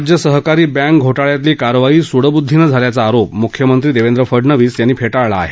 राज्य सहकारी बँक घोटाळ्यातली कारवाई सुडबुद्धीनं झाल्याचा आरोप मुख्यमंत्री देवेंद्र फडणवीस यांनी फेटाळला आहे